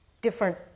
different